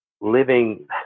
living